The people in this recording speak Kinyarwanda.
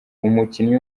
umukinnyi